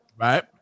right